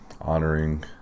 honoring